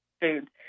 food